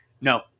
no